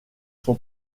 son